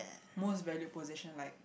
most valued possession like